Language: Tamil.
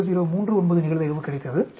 0039 நிகழ்தகவு கிடைத்தது